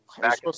back